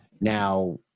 Now